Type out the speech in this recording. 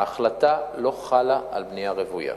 ההחלטה לא חלה על בנייה רוויה,